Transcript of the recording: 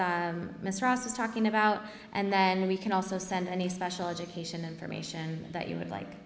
is talking about and then we can also send a special education information that you would like